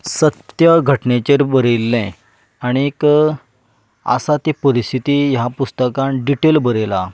सत्य घटनेचेर बरयल्लें आनीक आसा ते परिस्थिती ह्या पुस्तकान डिटेल बरयलां